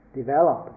develop